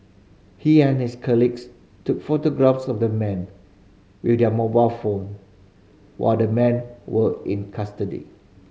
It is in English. he and his colleagues took photographs of the men with their mobile phone while the men were in custody